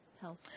health